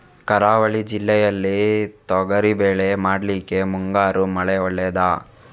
ಕರಾವಳಿ ಜಿಲ್ಲೆಯಲ್ಲಿ ತೊಗರಿಬೇಳೆ ಮಾಡ್ಲಿಕ್ಕೆ ಮುಂಗಾರು ಮಳೆ ಒಳ್ಳೆಯದ?